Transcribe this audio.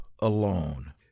alone